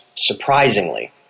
Surprisingly